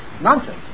nonsense